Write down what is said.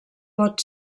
pot